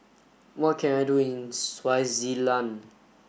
what can I do in Swaziland